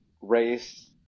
race